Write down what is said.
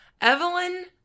Evelyn